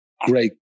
great